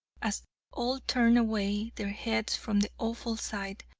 as all turned away their heads from the awful sight,